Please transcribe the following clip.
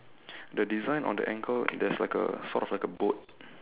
the design on the ankle there's like a socks like a boat